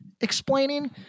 explaining